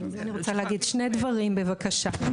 אני רוצה להגיד שני דברים, בבקשה.